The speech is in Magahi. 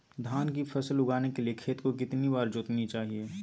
धान की फसल उगाने के लिए खेत को कितने बार जोतना चाइए?